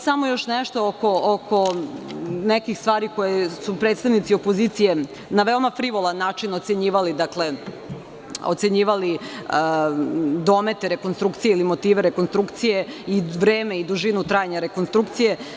Samo još nešto oko nekih stvari koje su predstavnici opozicije na veoma frivolan način ocenjivali domete rekonstrukcija ili motive rekonstrukcije i vreme i dužinu trajanja rekonstrukcije.